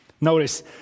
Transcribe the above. Notice